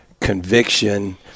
conviction